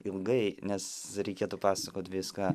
ilgai nes reikėtų pasakot viską